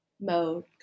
mode